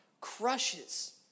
crushes